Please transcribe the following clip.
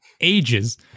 ages